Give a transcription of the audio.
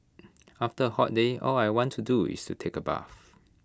after A hot day all I want to do is to take A bath